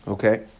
Okay